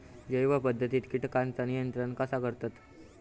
जैव पध्दतीत किटकांचा नियंत्रण कसा करतत?